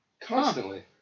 Constantly